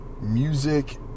music